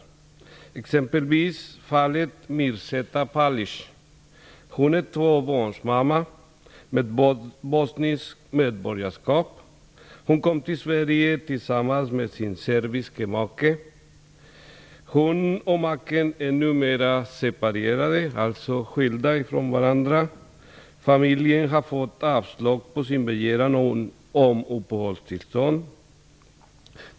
Så är exempelvis förhållandet i fallet med Mirzeta Palic, en tvåbarnsmamma med bosniskt medborgarskap. Mirzeta Palic kom till Sverige tillsammans med sin serbiske make. Hon och maken är numera skilda från varandra. Familjen har fått avslag på sin begäran om uppehållstillstånd.